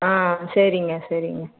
ஆ சரிங்க சரிங்க